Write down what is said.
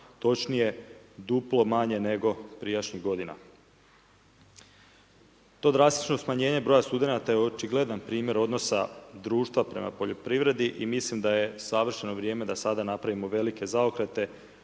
točnije, duplo manje, nego prijašnjih g. To drastično smanjenje broja studenata je očigledan primjer odnosa društva prema poljoprivredi i mislim da je savršeno vrijeme da sada napravimo velike zaokrete